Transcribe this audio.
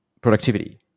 productivity